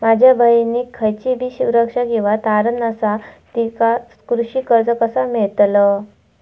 माझ्या बहिणीक खयचीबी सुरक्षा किंवा तारण नसा तिका कृषी कर्ज कसा मेळतल?